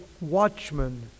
watchmen